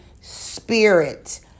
Spirit